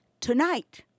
tonight